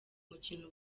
mukino